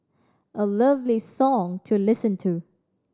a lovely song to listen to